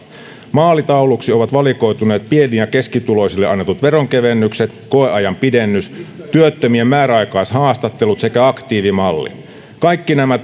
maalitauluiksi ovat valikoituneet pieni ja keskituloisille annetut veronkevennykset koeajan pidennys työttömien määräaikaishaastattelut sekä aktiivimalli kaikki nämä